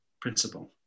principle